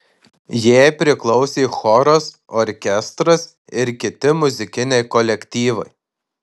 jai priklausė choras orkestras ir kiti muzikiniai kolektyvai